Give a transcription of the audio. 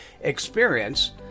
experience